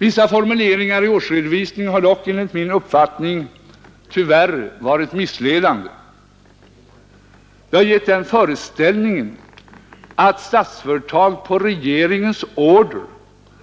Vissa formuleringar i årsredovisningen har dock enligt min uppfattning tyvärr varit missledande. De har gett den föreställningen att Statsföretag på regeringens order